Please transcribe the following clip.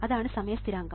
അതാണ് സമയ സ്ഥിരാങ്കം